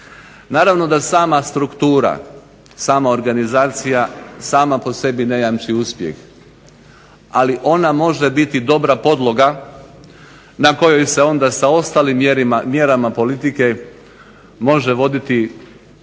Naravno da sama struktura, sama organizacija sama po sebi ne jamči uspjeh, ali ona može biti dobra podloga na kojoj se onda sa ostalim mjerama politike može voditi suvisla